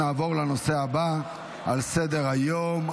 נעבור לנושא הבא על סדר-היום,